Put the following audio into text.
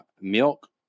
milk